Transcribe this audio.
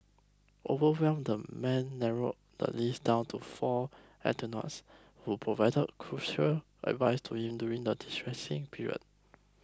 overwhelmed the man narrowed the list down to four who provided crucial advice to him during the distressing period